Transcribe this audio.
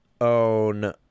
own